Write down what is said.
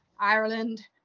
Ireland